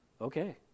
Okay